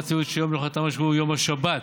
ציבורית שיום מנוחתם השבועי הוא יום השבת.